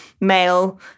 male